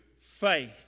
faith